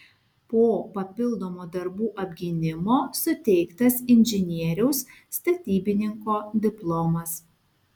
po papildomo darbų apgynimo suteiktas inžinieriaus statybininko diplomas